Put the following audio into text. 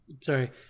sorry